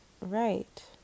right